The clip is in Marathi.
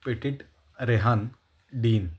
पेटिट रेहान डीन